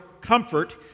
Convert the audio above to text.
comfort